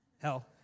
Hell